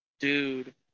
dude